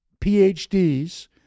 PhDs